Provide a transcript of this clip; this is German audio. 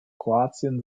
kroatien